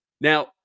Now